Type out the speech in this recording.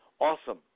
awesome